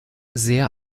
sehr